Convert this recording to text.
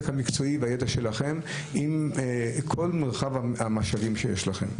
המקצועי בידע שלכם עם כל מרחב המשאבים שיש לכם.